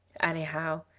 anyhow,